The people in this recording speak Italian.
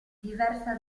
diversa